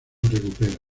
recupera